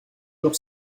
leur